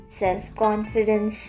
self-confidence